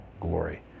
glory